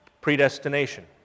predestination